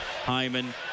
Hyman